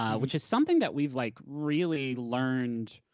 um which is something that we've like really learned,